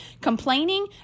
Complaining